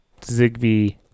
Zigbee